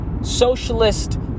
socialist